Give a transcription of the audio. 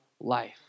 life